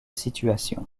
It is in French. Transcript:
situation